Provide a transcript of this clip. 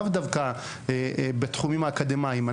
לאו דווקא בתחומים האקדמיים.